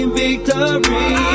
victory